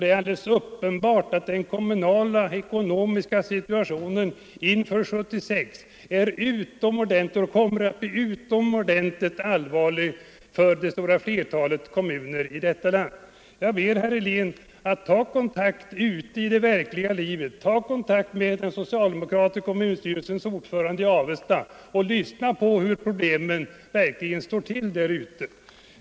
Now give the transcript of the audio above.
Det är alldeles uppenbart att den kommunala ekonomiska situationen inför 1976 och 1977 kommer att bli utomordentligt allvarlig för det stora flertalet kommuner i detta land. Jag ber herr Helén att ta kontakter ute i det verkliga livet. Tag kontakt med den socialdemokratiska kommunstyrelsens ordförande i Avesta och lyssna på hur problemen verkligen är.